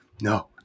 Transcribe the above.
No